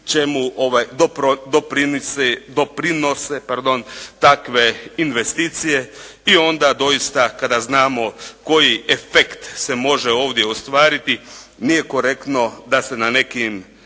čemu doprinose takve investicije i onda doista kada znamo koji efekt se može ovdje ostvariti nije korektno da se na nekim